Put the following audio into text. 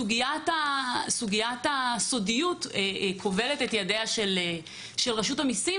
סוגיית הסודיות כובלת את ידיה של רשות המיסים,